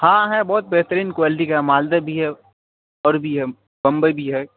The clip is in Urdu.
ہاں ہیں بہت بہترین کوالٹی کا ہے مالدہ بھی ہے اور بھی ہے بمبئی بھی ہے